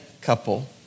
couple